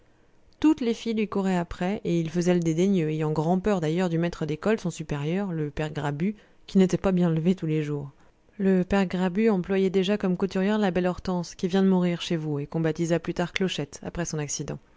toutes les filles lui couraient après et il faisait le dédaigneux ayant grand'peur d'ailleurs du maître d'école son supérieur le père grabu qui n'était pas bien levé tous les jours le père grabu employait déjà comme couturière la belle hortense qui vient de mourir chez vous et qu'on baptisa plus tard clochette après son accident